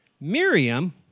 Miriam